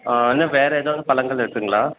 ஆ இன்னும் வேறு ஏதாவது பழங்கள் இருக்குங்களா